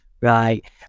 right